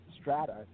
strata